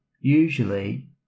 usually